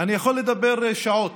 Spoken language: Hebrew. אני יכול לדבר שעות,